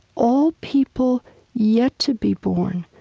all people yet to be born.